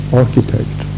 architect